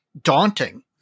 daunting